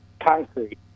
concrete